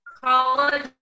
college